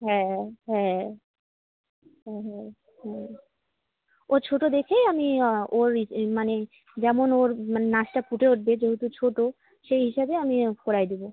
হ্যাঁ হ্যাঁ হ্যাঁ হ্যাঁ হ্যাঁ ও ছোটো দেখেই আমি ওরই ই যে মানে যেমন ওর মানে নার্সটা ফুটে উঠবে যেহেতু ছোটো সেই হিসাবে আমি করিয়ে দিবো